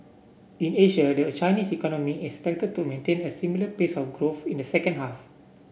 in Asia the Chinese economy is expected to maintain a similar pace of growth in the second half